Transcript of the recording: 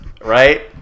Right